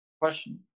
question